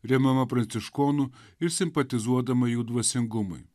remiama pranciškonų ir simpatizuodama jų dvasingumui